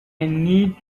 need